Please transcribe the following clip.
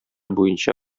буенча